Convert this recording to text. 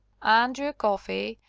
andrew coffey!